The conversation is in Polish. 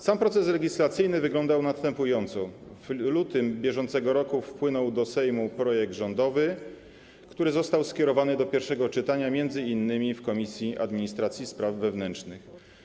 Sam proces legislacyjny wyglądał następująco: w lutym br. wpłynął do Sejmu projekt rządowy, który został skierowany do pierwszego czytania m.in. w Komisji Administracji i Spraw Wewnętrznych.